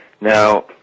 Now